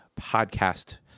podcast